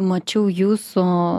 mačiau jūsų